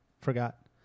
forgot